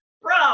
bro